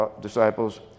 disciples